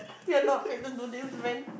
you're not fit to do this when